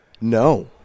No